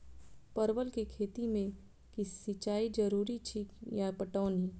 परवल केँ खेती मे सिंचाई जरूरी अछि या पटौनी?